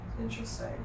Interesting